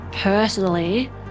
personally